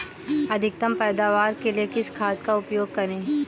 अधिकतम पैदावार के लिए किस खाद का उपयोग करें?